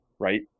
right